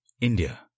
India